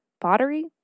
Pottery